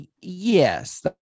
Yes